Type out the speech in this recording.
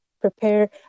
prepare